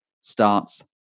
starts